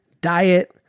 diet